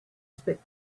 spit